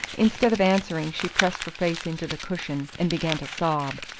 instead of answering she pressed her face into the cushion and began to sob.